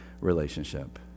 relationship